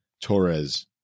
Torres